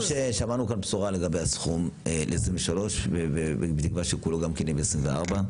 ששמענו גם בשורה לגבי הסכום ל-2023 ותקווה שכולו גם יהיה ב-2024.